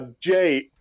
Jay